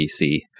BC